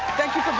thank you